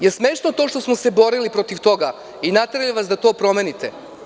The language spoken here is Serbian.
Da li je smešno to što smo se borili protiv toga i naterali vas da to promenite?